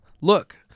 Look